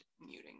muting